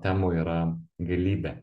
temų yra galybė